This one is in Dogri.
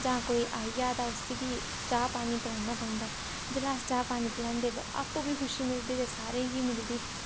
जां कोई आई जा तां उ'सी बी चाऽह् पानी पलाना पौंदा जेल्लै अस चाह् पानी पलैंदे तां आपूं बी खुशी मिलदी ते सारें गी मिलदी